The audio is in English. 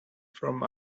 from